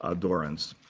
ah dorrance.